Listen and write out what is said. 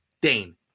Dane